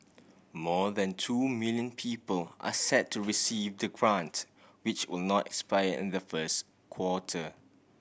more than two million people are set to receive the grant which will not expire in the first quarter